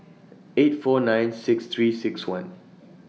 eight four nine six three six one